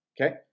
okay